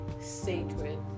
sacred